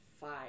five